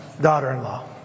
daughter-in-law